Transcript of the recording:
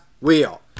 wheel